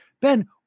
Ben